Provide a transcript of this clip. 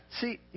See